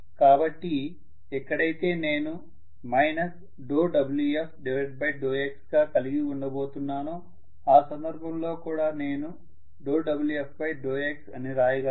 కాబట్టి ఎక్కడైతే నేను ∂Wf∂xగా కలిగి ఉండబోతున్నానో ఆ సందర్భంలో కూడా నేను ∂Wf∂xఅని రాయగలను